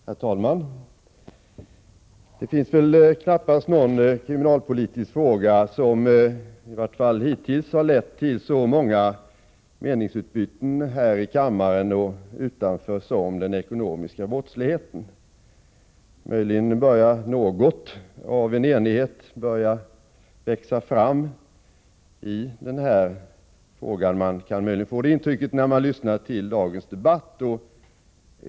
Herr talman! Det finns väl knappast någon kriminalpolitisk fråga som, i varje fall hittills, har lett till så många meningsutbyten här i kammaren och på andra håll som diskussionen om den ekonomiska brottsligheten. Möjligen börjar något av en enighet att växa fram i denna fråga. Man kan kanske få det intrycket när man lyssnar till dagens debatt.